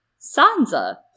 Sansa